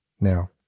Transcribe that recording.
now